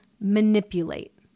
manipulate